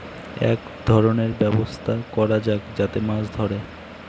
এক ধরনের ব্যবস্থা করা যাক যাতে মাছ ধরে